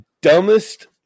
dumbest